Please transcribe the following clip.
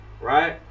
right